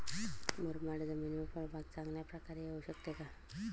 मुरमाड जमिनीवर फळबाग चांगल्या प्रकारे येऊ शकते का?